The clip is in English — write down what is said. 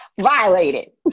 violated